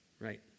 right